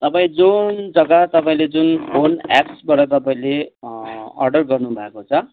तपाईँ जुन जग्गा तपाईँले जुन फोन एप्सबाट तपाईँले अर्डर गर्नु भएको छ